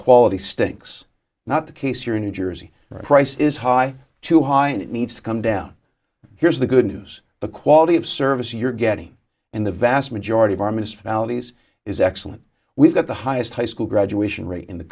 quality stinks not the case here in new jersey the price is high too high and it needs to come down here's the good news the quality of service you're getting in the vast majority of our minister valleys is excellent we've got the highest high school graduation rate in the